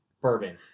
bourbon